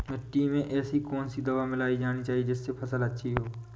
मिट्टी में ऐसी कौन सी दवा मिलाई जानी चाहिए जिससे फसल अच्छी हो?